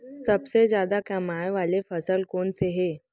सबसे जादा कमाए वाले फसल कोन से हे?